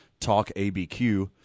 talkABQ